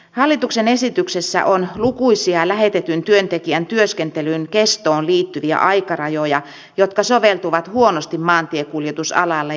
hallituksen esityksessä on lukuisia lähetetyn työntekijän työskentelyn kestoon liittyviä aikarajoja jotka soveltuvat huonosti maantiekuljetusalalle